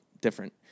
different